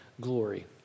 glory